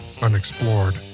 unexplored